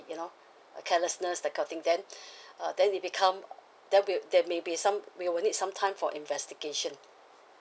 you know carelessness that kind of thing then uh then it become there'll be there may be some we will need some time for investigation